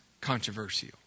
controversial